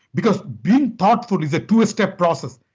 because being thoughtful is a two-step process.